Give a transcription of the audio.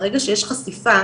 ברגע שיש חשיפה,